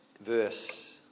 verse